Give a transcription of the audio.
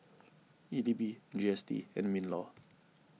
E D B G S T and MinLaw